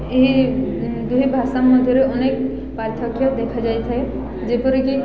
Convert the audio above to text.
ଏହି ଦୁଇ ଭାଷା ମଧ୍ୟରେ ଅନେକ ପାର୍ଥକ୍ୟ ଦେଖାଯାଇଥାଏ ଯେପରିକି